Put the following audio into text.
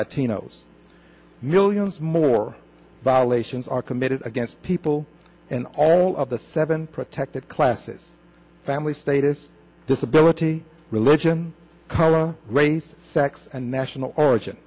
latinos millions more baalei sions are committed against people in all of the seven protected classes family status disability religion ira race sex and national origin